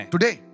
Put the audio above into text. Today